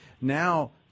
now